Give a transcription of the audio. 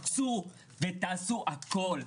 ותעשו הכול,